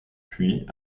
puis